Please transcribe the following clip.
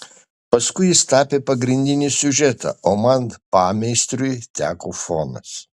paskui jis tapė pagrindinį siužetą o man pameistriui teko fonas